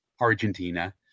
Argentina